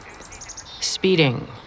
Speeding